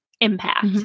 impact